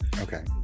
Okay